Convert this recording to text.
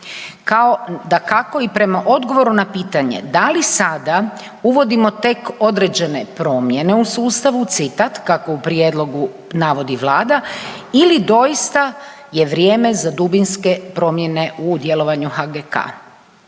kao dakako i prema odgovoru na pitanje da li sada uvodimo tek određene promjene u sustavu citat „kako u prijedlogu navodi Vlada ili doista je vrijeme za dubinske promjene u djelovanju HGK“.